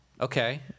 Okay